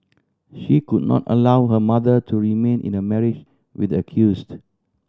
she could not allow her mother to remain in a marriage with the accused